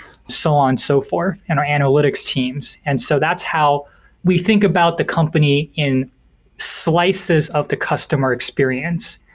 so on, so forth, and our analytics teams. and so that's how we think about the company in slices of the customer experience.